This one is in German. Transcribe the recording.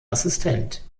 assistent